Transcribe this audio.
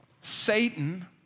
Satan